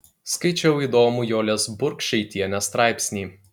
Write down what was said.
skaičiau įdomų jolės burkšaitienės straipsnį